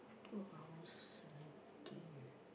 two hours seventeen